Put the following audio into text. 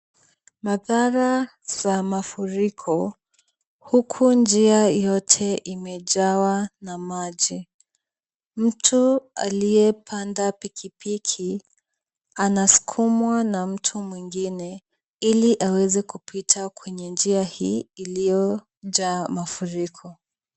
Madhara za mafuriko huku njia yote imejawa na maji. Mtu aliyepanda pikipiki, anasukumwa na mtu mwingine ili aweze kupita kwenye njia hii iliyojaa mafuriko.